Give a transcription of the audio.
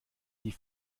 die